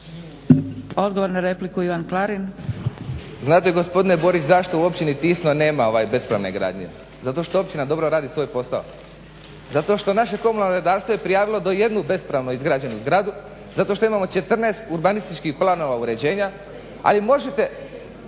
Klarin. **Klarin, Ivan (SDP)** Znate gospodine Boriću zašto u općini Tisno nema bespravne gradnje? Zato što općina dobro radi svoj posao, zato što naše komunalno redarstvo je prijavilo do 1 bespravno izgrađenu zgradu, zato što imamo 14 urbanističkih planova uređenja, ali možete